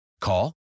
Call